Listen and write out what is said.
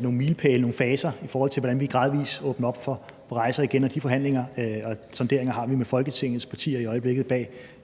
nogle milepæle, nogle faser, i forhold til hvordan vi gradvis åbner op for rejser igen, og de forhandlinger og sonderinger har vi i øjeblikket med Folketingets partier bag